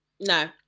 no